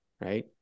right